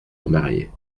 remarié